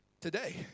today